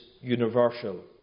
universal